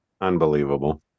Unbelievable